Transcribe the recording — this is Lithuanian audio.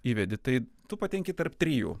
įvedi tai tu patenki tarp trijų